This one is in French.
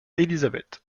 élisabeth